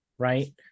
right